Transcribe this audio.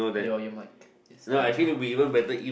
your your mic is uh jump did